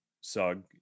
sug